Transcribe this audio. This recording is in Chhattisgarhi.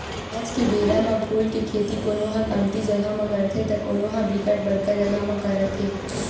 आज के बेरा म फूल के खेती कोनो ह कमती जगा म करथे त कोनो ह बिकट बड़का जगा म करत हे